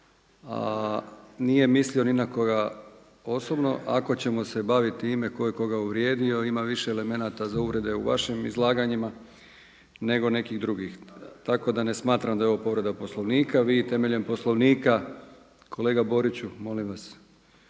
a nije mislio ni na koga osobno ako ćemo se baviti time tko je koga uvrijedio, ima više elemenata za uvrede u vašim izlaganjima, nego nekih drugih. Tako da ne smatram da je ovo povreda Poslovnika, vi temeljem Poslovnika, kolega Boriću, molim vas,